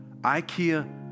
Ikea